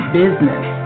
business